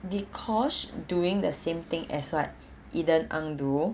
dee kosh doing the same thing as what eden ang do